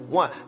one